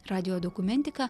radijo dokumentiką